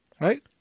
right